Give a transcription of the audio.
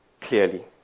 clearly